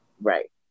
Right